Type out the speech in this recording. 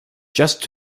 just